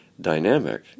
dynamic